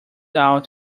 out